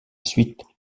suite